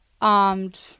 Armed